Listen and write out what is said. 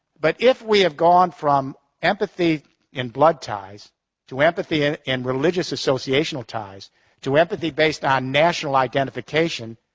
but if we have gone from empathy and blood ties to empathy ah and religious associational ties to empathy based on national identification,